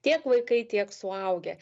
tiek vaikai tiek suaugę